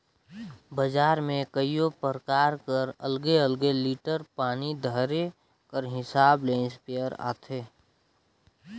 बजार में कइयो परकार कर अलगे अलगे लीटर पानी धरे कर हिसाब ले इस्पेयर आथे